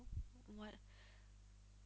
what ah